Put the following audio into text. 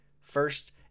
First